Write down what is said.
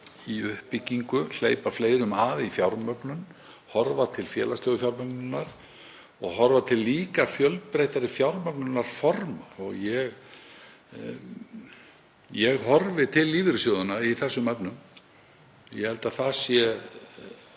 í uppbyggingu, hleypa fleirum að í fjármögnun, horfa til félagslegu fjármögnunarinnar og horfa til líka fjölbreyttari fjármögnunarforma. Ég horfi til lífeyrissjóðanna í þeim efnum. Ég held að það sé